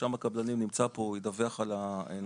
רשם הקבלנים נמצא פה והוא ידווח על נושא